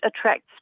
attracts